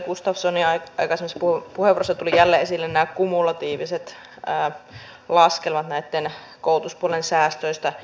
edustaja gustafssonin aikaisemmassa puheenvuorossa tulivat jälleen esille nämä kumulatiiviset laskelmat koulutuspuolen säästöistä